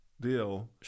deal